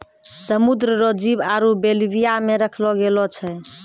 समुद्र रो जीव आरु बेल्विया मे रखलो गेलो छै